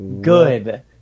Good